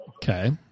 Okay